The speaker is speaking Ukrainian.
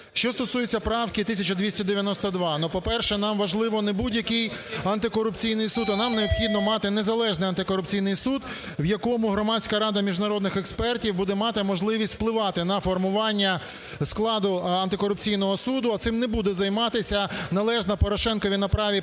Що стосується правки 1292. Ну, по-перше, нам важливо не будь-який антикорупційний суд, а нам необхідно мати незалежний антикорупційний суд, в якому Громадська рада міжнародних експертів буде мати можливість впливати на формування складу антикорупційного суду, а цим не буде займатися належна Порошенкові на праві приватної